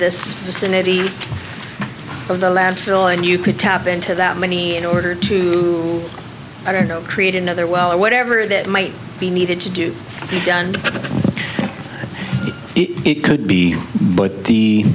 this vicinity of the landfill and you could tap into that many in order to i don't know create another well or whatever it might be needed to do and it could be but the